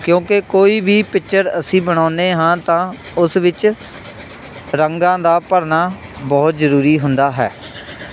ਕਿਉਂਕਿ ਕੋਈ ਵੀ ਪਿਕਚਰ ਅਸੀਂ ਬਣਾਉਦੇ ਹਾਂ ਤਾਂ ਉਸ ਵਿੱਚ ਰੰਗਾਂ ਦਾ ਭਰਨਾ ਬਹੁਤ ਜ਼ਰੂਰੀ ਹੁੰਦਾ ਹੈ